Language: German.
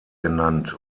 genannt